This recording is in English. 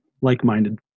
like-minded